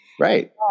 Right